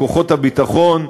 לכוחות הביטחון,